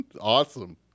Awesome